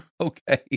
Okay